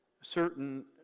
certain